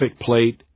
Plate